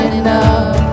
enough